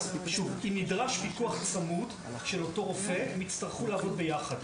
אם נדרש פיקוח צמוד של אותו רופא הם יצטרכו לעבוד יחד.